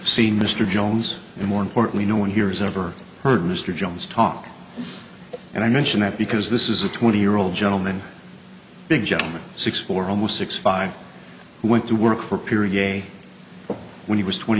seen mr jones and more importantly no one here is ever heard mr jones talk and i mention that because this is a twenty year old gentleman big gentleman six for almost six five who went to work for a period when he was twenty